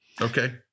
Okay